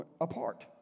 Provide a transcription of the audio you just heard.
apart